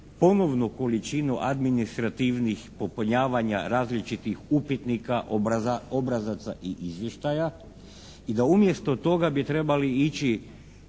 ponovnu količinu administrativnih popunjavanja različitih upitnika, obrazaca i izvještaja i da umjesto toga bi trebali ići